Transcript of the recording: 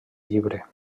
llibre